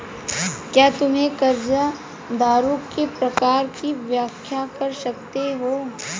क्या तुम कर्जदारों के प्रकार की व्याख्या कर सकते हो?